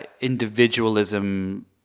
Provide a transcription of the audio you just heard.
individualism